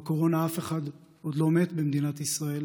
מהקורונה אף אחד עוד לא מת במדינת ישראל,